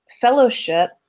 fellowship